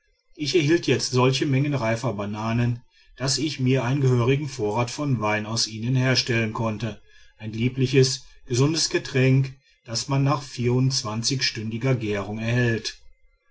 ich erhielt jetzt solche mengen reifer bananen daß ich mir einen gehörigen vorrat von wein aus ihnen herstellen konnte ein liebliches gesundes getränk das man nach vierundzwanzigstündiger gärung erhält